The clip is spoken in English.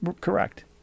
Correct